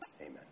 Amen